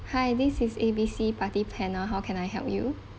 hi this is A B C party planner how can I help you